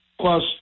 plus